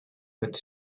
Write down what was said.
with